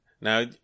now